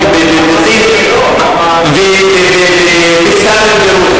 מאו דזה דונג בסין,